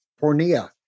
pornea